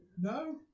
No